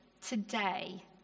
today